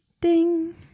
Ding